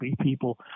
people